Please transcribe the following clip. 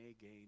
gain